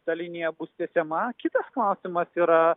ta linija bus tęsiama kitas klausimas yra